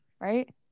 right